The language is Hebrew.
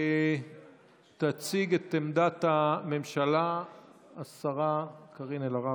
תציג את עמדת הממשלה השרה קארין אלהרר.